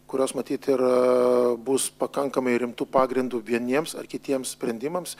kurios matyt ir bus pakankamai rimtu pagrindu vieniems ar kitiems sprendimams